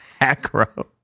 Acro